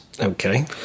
Okay